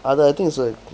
I I think was like